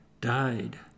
died